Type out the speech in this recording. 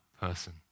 person